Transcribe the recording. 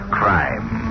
crime